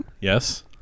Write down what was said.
Yes